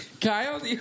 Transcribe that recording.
Kyle